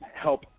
help